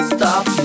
Stop